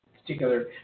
particular